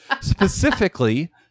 Specifically